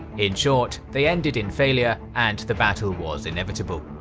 in short, they ended in failure and the battle was inevitable.